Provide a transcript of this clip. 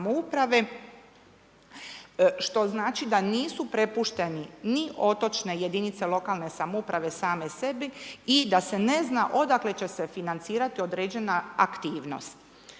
što znači da nisu prepušteni ni otočne jedinice lokalne samouprave same sebi i da se ne zna odakle će se financirati određena aktivnost.